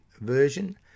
version